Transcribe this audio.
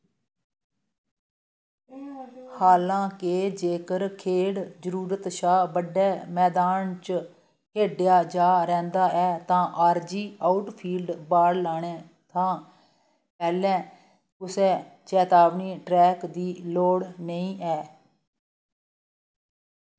हालां के जेकर खेढ़ जरूरत शा बड्डे मैदान च खेढेआ जा'रैंदा ऐ तां आरजी आउटफील्ड बाड़ लाने शा पैह्लें कुसै चेतावनी ट्रैक दी लोड़ नेईं ऐ